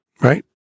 right